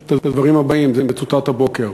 את הדברים הבאים, זה צוטט הבוקר: